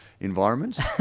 environments